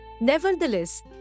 Nevertheless